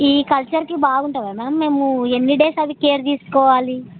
ఈ కల్చర్కి బాగుంటుందా మ్యామ్ మేము ఎన్ని డేస్ అవి కేర్ తీసుకోవాలి